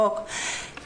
או כמעט תמיד,